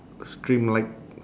stream like